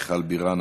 מיכל בירן,